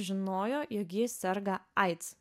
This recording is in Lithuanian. žinojo jog ji serga aids